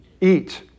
eat